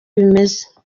bimeze